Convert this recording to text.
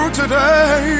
today